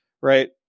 right